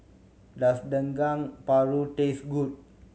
does Dendeng Paru taste good